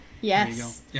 Yes